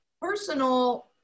personal